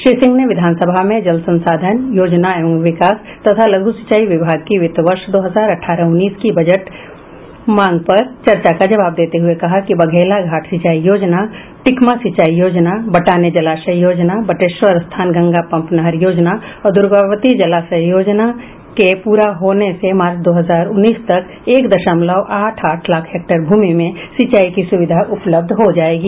श्री सिंह ने विधानसभा में जल संसाधन योजना एवं विकास तथा लघु सिंचाई विभाग की वित्त वर्ष दो हजार अठारह उन्नीस की बजट मांग पर चर्चा का जवाब देते हुए कहा कि बघेला घाट सिंचाई योजना टिकमा सिंचाई योजना बटाने जलाशय योजना बटेश्वरस्थान गंगा पंप नहर योजना और दुर्गावती जलाशय योजना के पूरा होने से मार्च दो हजार उन्नीस तक एक दशमलव आठ आठ लाख हेक्टेयर भूमि में सिंचाई की सुविधा उपलब्ध हो जायेगी